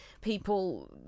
people